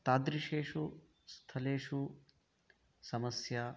तादृशेषु स्थलेषु समस्या